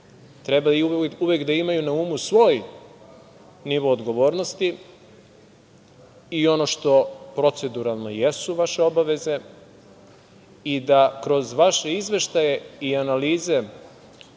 trebaju uvek da imaju na umu svoj nivo odgovornosti i ono što proceduralno jesu vaše obaveze i da kroz vaše izveštaje i analize